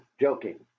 Joking